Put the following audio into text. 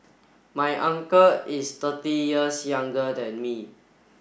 my uncle is thirty years younger than me